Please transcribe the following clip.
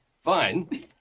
fine